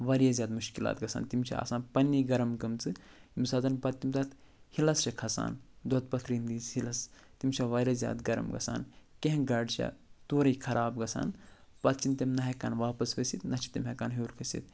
واریاہ زیادٕ مُشکِلات گژھان تِم چھِ آسان پَنٛنی گرم گٔمژٕ ییٚمہِ ساتَن پتہٕ تِم تَتھ ہِلَس چھِ کھسان دۄدٕ پتھرِ ۂندِس ہِلَس تِم چھےٚ واریاہ زیادٕ گرم گژھان کیٚنہہ گاڑِ چھےٚ تورٕے خراب گژھان پتہٕ چھِ تِم نہ ہٮ۪کان واپَس ؤسِتھ نہٕ چھِ تِم ہٮ۪کان ہیٚور کھسِتھ